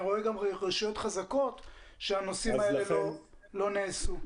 רואה גם רשויות חזקות שהנושאים האלה לא נעשו.